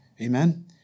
Amen